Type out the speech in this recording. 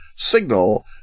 Signal